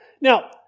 Now